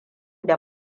da